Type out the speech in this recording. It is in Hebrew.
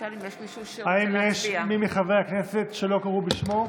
האם יש מי מחברי הכנסת שלא קראו בשמו?